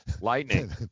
Lightning